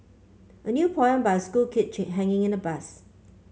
a new poem by a school kid hanging in a bus